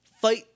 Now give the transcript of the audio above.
fight